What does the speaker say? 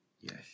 Yes